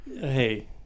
Hey